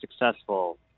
successful